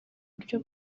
uburyo